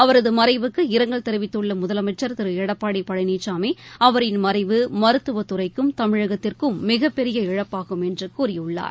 அவரது மறைவுக்கு இரங்கல் தெரிவித்துள்ள முதலமைச்சர் திரு எடப்பாடி பழனிசாமி அவரின் மறைவு மருத்துவத் துறைக்கும் தமிழகத்திற்கும் மிகப்பெரிய இழப்பாகும் என்று கூறியுள்ளார்